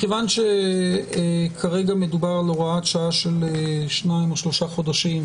מכיוון שכרגע מדובר על הוראת שעה של חודשיים או שלושה חודשים,